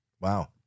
Wow